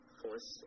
force